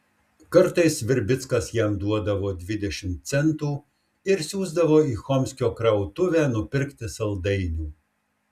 kartais virbickas jam duodavo dvidešimt centų ir siųsdavo į chomskio krautuvę nupirkti saldainių